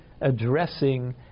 addressing